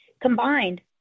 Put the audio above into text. Combined